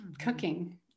cooking